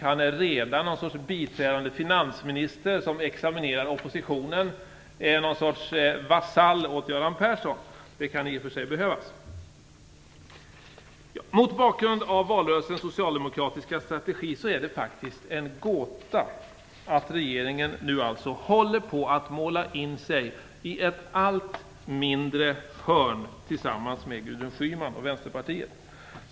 Han är redan något slags biträdande finansminister som examinerar oppositionen. Han är något slags vasall åt Göran Persson. Det kan i och för sig behövas. Mot bakgrund av Socialdemokraternas strategi i valrörelsen är det faktiskt en gåta att regeringen nu håller på att måla in sig i ett allt mindre hörn tillsammans med Gudrun Schyman och Vänsterpartiet.